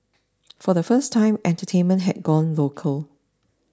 for the first time entertainment had gone local